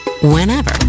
whenever